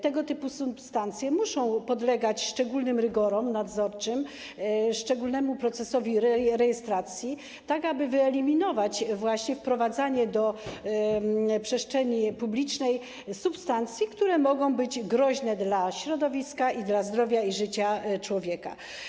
Tego typu substancje muszą podlegać szczególnym rygorom nadzorczym, szczególnemu procesowi rejestracji, tak aby wyeliminować wprowadzanie do przestrzeni publicznej substancji, które mogą być groźne dla środowiska oraz dla zdrowia i życia człowieka.